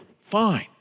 Fine